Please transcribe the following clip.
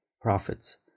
profits